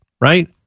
Right